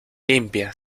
limpia